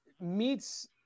meets